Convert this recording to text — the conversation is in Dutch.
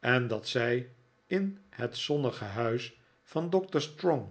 en dat zij in het zonnige huis van doctor strong